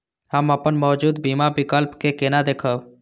हम अपन मौजूद बीमा विकल्प के केना देखब?